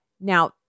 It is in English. Now